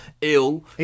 ill